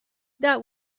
that